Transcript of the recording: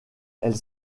elles